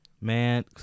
man